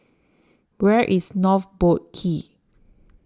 Where IS North Boat Quay